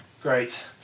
Great